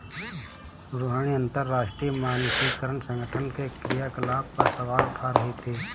रोहिणी अंतरराष्ट्रीय मानकीकरण संगठन के क्रियाकलाप पर सवाल उठा रही थी